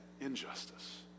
injustice